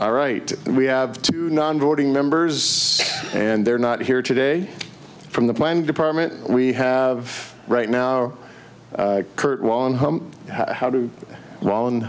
all right we have to nonvoting members and they're not here today from the planning department we have right now kurt how do well